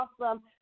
awesome